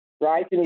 right